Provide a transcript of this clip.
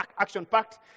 action-packed